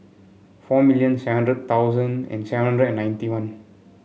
four million seven hundred thousand and seven hundred and ninety one